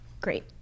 Great